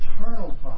eternal